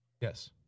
Yes